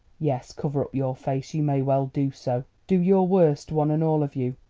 yes, cover up your face you may well do so. do your worst, one and all of you,